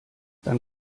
dann